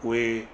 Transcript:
उहे